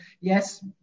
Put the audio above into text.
yes